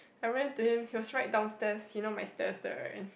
I went to him he was right downstairs he know my stairs there right